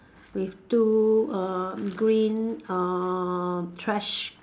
with two err green uh trash